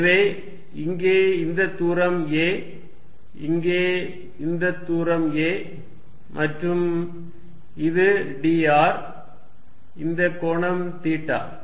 எனவே இங்கே இந்த தூரம் a இங்கே இந்த தூரம் a மற்றும் இது dr இந்த கோணம் தீட்டா